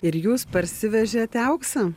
ir jūs parsivežėte auksą